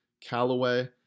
Callaway